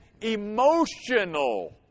emotional